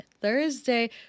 Thursday